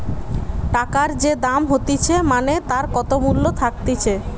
টাকার যে দাম হতিছে মানে তার কত মূল্য থাকতিছে